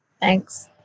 Thanks